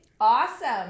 Awesome